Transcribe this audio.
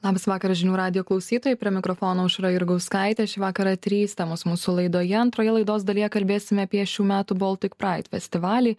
labas vakaras žinių radijo klausytojai prie mikrofono aušra jurgauskaitė šį vakarą trys temos mūsų laidoje antroje laidos dalyje kalbėsime apie šių metų boltic praid festivalį